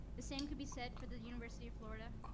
the same could be said for the university of florida,